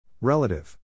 Relative